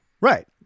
right